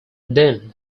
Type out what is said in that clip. then